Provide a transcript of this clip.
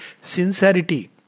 sincerity